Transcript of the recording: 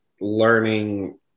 learning